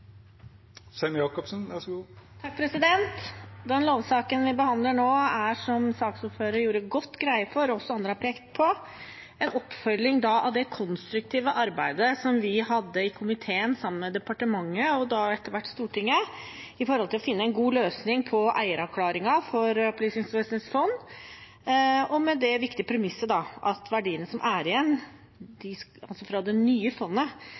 Lovsaken vi behandler nå, er – som saksordføreren gjorde godt greie for, og som også andre har pekt på – en oppfølging av det konstruktive arbeidet som vi hadde i komiteen sammen med departementet – og etter hvert Stortinget – for å finne en god løsning og eieravklaring for Opplysningsvesenets fond, med det viktige premisset at verdiene som er igjen, i det nye fondet,